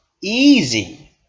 easy